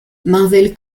marvel